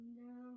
no